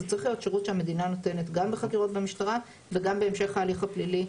זה צריך להיות שהמדינה נותנת גם בחקירות במשטרה וגם בהמשך ההליך הפלילי.